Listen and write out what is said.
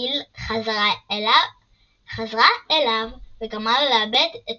להפעיל חזרה אליו וגרמה לו לאבד את